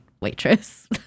waitress